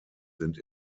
sind